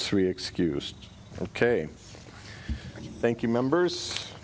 three excuse ok thank you members